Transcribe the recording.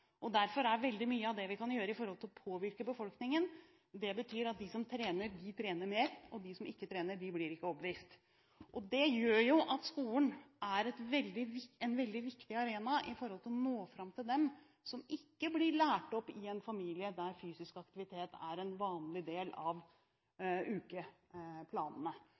er. Derfor er det veldig mye vi kan gjøre for å påvirke befolkningen. Det betyr at de som trener, trener mer, og de som ikke trener, blir ikke overbevist. Det gjør at skolen er en veldig viktig arena med tanke på å nå fram til dem som ikke blir lært opp i en familie der fysisk aktivitet er en vanlig del av ukeplanene.